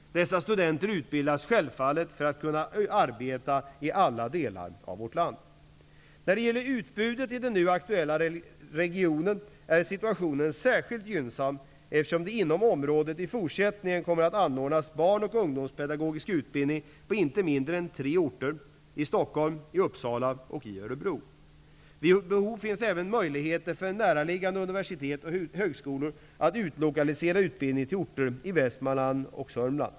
Dessa studenter utbildas självfallet för att kunna arbeta i alla delar av vårt land. När det gäller utbudet i den nu aktuella regionen, är situationen särskilt gynnsam, eftersom det inom området i fortsättningen kommer att anordnas barn och ungdomspedagogisk utbildning på inte mindre än tre orter -- Stockholm, Uppsala och Örebro. Vid behov finns vidare möjligheter för näraliggande universitet och högskolor att utlokalisera utbildning till orter i Västmanland och Södermanland.